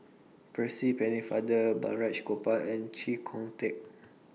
Percy Pennefather Balraj Gopal and Chee Kong Tet